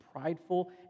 prideful